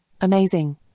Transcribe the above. Amazing